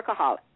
workaholic